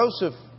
Joseph